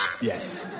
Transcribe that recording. Yes